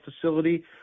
facility